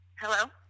Hello